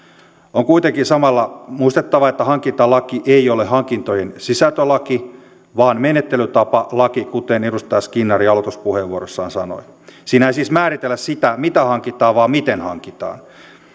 on kuitenkin samalla muistettava että hankintalaki ei ole hankintojen sisältölaki vaan menettelytapalaki kuten edustaja skinnari aloituspuheenvuorossaan sanoi siinä ei siis määritellä sitä mitä hankitaan vaan miten hankitaan